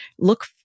look